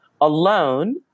alone